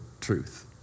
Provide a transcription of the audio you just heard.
truth